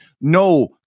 No